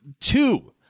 two